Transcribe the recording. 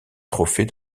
trophée